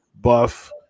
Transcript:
Buff